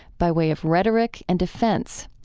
by way of rhetoric and defense.